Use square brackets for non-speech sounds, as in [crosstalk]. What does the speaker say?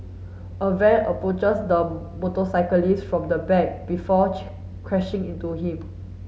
a van approaches the motorcyclist from the back before [unintelligible] crashing into him